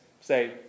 Say